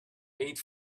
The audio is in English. eight